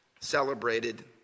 celebrated